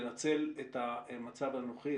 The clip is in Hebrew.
לנצל את המצב הנוכחי,